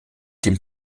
dem